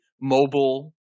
mobile